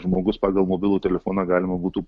žmogus pagal mobilų telefoną galima būtų